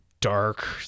dark